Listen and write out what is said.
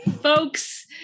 Folks